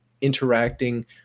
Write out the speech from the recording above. interacting